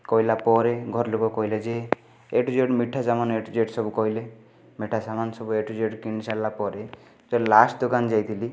କହିଲା ପରେ ଘର ଲୋକ କହିଲେ ଯେ ଏ ଠୁ ଜେଡ଼୍ ମିଠା ସାମାନ ଏ ଟୁ ଜେଡ଼୍ ସବୁ କହିଲେ ମିଠା ସାମାନ ସବୁ ଏ ଟୁ ଜେଡ଼୍ କିଣିସାରିଲା ପରେ ତ ଲାଷ୍ଟ୍ ଦୋକାନ ଯାଇଥିଲି